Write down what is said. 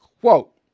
quote